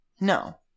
No